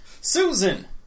Susan